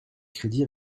crédit